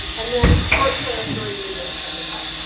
and then short clerestory windows at the top.